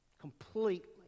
Completely